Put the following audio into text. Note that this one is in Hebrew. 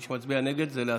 מי שמצביע נגד, זה להסרה.